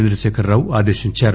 చంద్రశేఖర్ రావు ఆదేశించారు